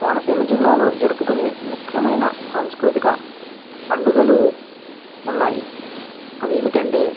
కోనసీమ జిల్లాలో జరుపుకునే ముఖ్యమైన సాంస్కృతిక పండుగలు ఉన్నాయి అవి ఏమిటంటే